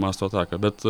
masto ataką bet